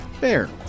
Bear